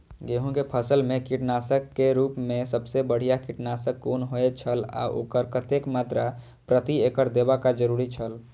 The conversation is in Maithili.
गेहूं के फसल मेय कीटनाशक के रुप मेय सबसे बढ़िया कीटनाशक कुन होए छल आ ओकर कतेक मात्रा प्रति एकड़ देबाक जरुरी छल?